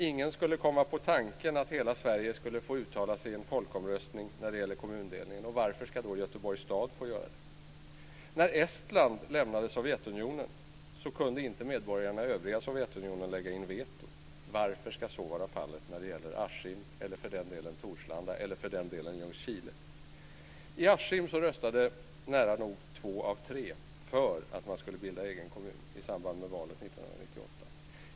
Ingen skulle komma på tanken att hela Sverige skulle få uttala sig i en folkomröstning när det gäller kommundelning. Varför ska då Göteborgs stad få göra det? När Estland lämnade Sovjetunionen kunde inte medborgarna i övriga Sovjetunionen lägga in veto. Varför ska så vara fallet när det gäller Askim - eller för den delen Torslanda eller Ljungskile? I Askim röstade nära nog två av tre för att bilda en egen kommun i samband med valet 1998.